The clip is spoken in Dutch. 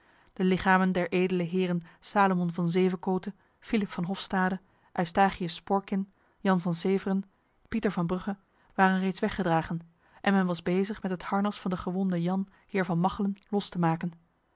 de lichamen der edele heren salomon van zevekote philip van hofstade eustachius sporkyn jan van severen pieter van brugge waren reeds weggedragen en men was bezig met het harnas van de gewonde jan heer van machelen los te maken